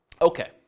Okay